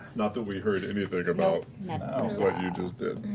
not that we heard anything about what you just did.